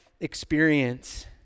experience